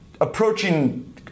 approaching